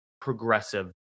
progressive